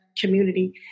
community